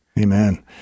Amen